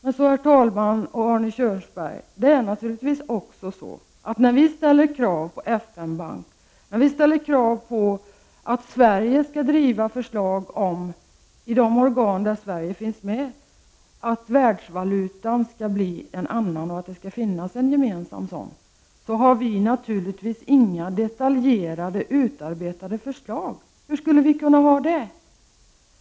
Vi ställer krav på en FN-bank och på att Sverige, i de organ där Sverige finns med, skall driva förslag om att världsvalutan skall bli en annan och att det skall finnas en gemensam sådan. Men vi har naturligtvis inga detaljerade, utarbetade förslag. Hur skulle vi kunna ha det?